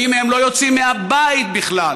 רבים מהם לא יוצאים מהבית בכלל,